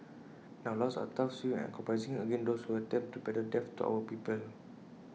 and our laws are tough swift and uncompromising against those who attempt to peddle death to our people